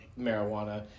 marijuana